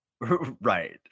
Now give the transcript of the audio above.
Right